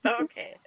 Okay